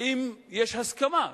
האם יש הסכמה?